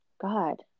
God